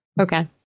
Okay